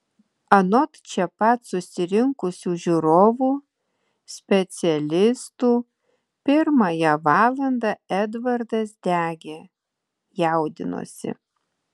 anot čia pat susirinkusių žiūrovų specialistų pirmąją valandą edvardas degė jaudinosi